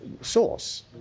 source